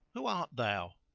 who art thou?